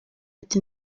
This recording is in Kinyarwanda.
ati